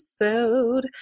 episode